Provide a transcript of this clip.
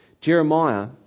jeremiah